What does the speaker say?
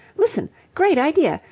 listen! great idea!